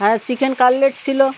হ্যাঁ chicken cutlet ছিল